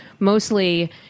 Mostly